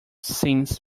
since